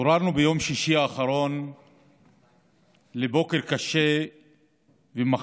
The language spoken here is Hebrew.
התעוררנו ביום שישי האחרון לבוקר קשה ומחריד